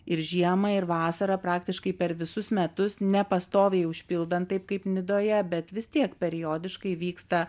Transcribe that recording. ir žiemą ir vasarą praktiškai per visus metus nepastoviai užpildant taip kaip nidoje bet vis tiek periodiškai vyksta